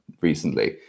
recently